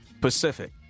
Pacific